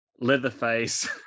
Leatherface